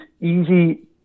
easy